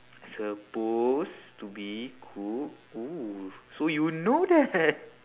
suppose to be cook oh so you know that